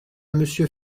monsieur